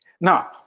Now